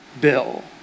Bill